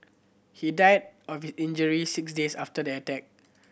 he died of his injury six days after the attack